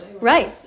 Right